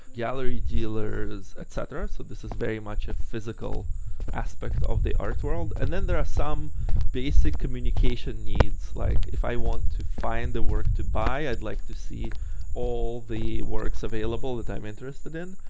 gallery dealers, et cetera. so this is very much a physical aspect of the art world. and then there are some basic communication needs, like if i want to find the work to buy, i'd like to see all the works available that i'm interested in.